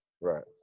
Right